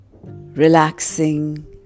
Relaxing